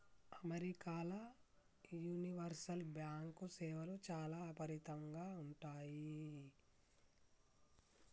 అమెరికాల universal bank సేవలు చాలా అపరిమితంగా ఉంటయ్